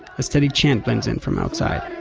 a steady chant blends in from outside